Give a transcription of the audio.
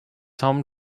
home